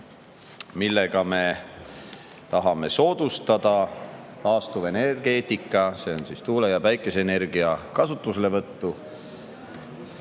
millega me tahame soodustada taastuvenergeetika, see on siis tuule‑ ja päikeseenergia kasutuselevõttu. Ega